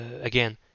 Again